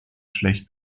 schlecht